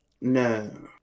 no